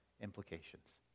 implications